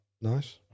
Nice